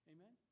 Amen